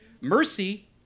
Mercy